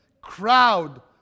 crowd